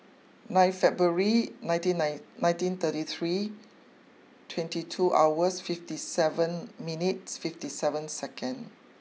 nine February nineteen nine nineteen thirty three twenty two hours fifty seven minutes fifty seven second